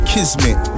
Kismet